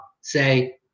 say